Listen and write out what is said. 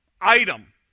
item